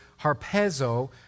harpezo